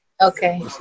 Okay